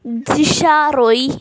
Jisha Roy